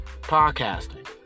podcasting